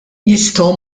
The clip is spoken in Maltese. jistgħu